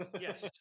Yes